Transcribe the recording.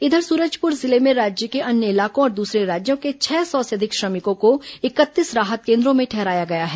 इधर सूरजपुर जिले में राज्य के अन्य इलाकों और दूसरे राज्यों के छह सौ से अधिक श्रमिकों को इकतीस राहत केन्द्रों में ठहराया गया है